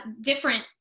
different